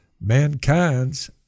mankind's